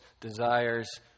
desires